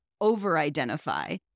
over-identify